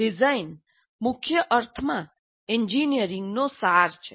design મુખ્ય અર્થમાં એન્જિનિયરિંગનો સાર છે